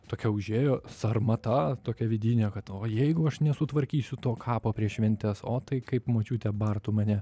tokia užėjo sarmata tokia vidinė kad o jeigu aš nesutvarkysiu to kapo prieš šventes o tai kaip močiutė bartų mane